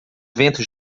vento